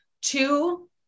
two